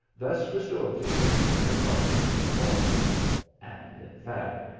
thus restored to him from the clutches of the law and, in fact,